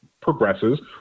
progresses